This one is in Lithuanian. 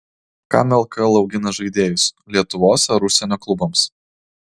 kam lkl augina žaidėjus lietuvos ar užsienio klubams